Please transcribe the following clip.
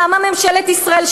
למה ממשלת ישראל,